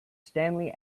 stanley